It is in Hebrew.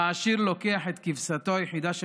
שבו העשיר לוקח את כבשתו היחידה של